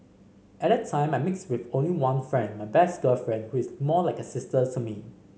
at that time I mixed with only one friend my best girlfriend who is more like a sister to me